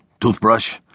Toothbrush